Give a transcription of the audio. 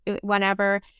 whenever